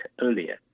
earlier